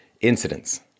incidents